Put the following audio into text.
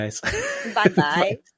Bye-bye